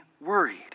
worried